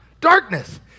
Darkness